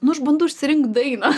nu aš bandau išsirinkt dainą